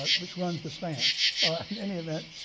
ah which runs the span in any event.